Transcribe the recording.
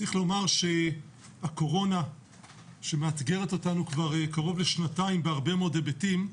צריך לומר שהקורונה שמאתגרת אותנו כבר קרוב לשנתיים בהרבה מאוד היבטים,